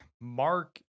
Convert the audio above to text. mark